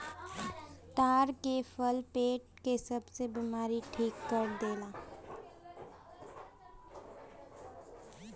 ताड़ के फल पेट के सब बेमारी ठीक कर देला